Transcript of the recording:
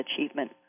Achievement